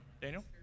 Daniel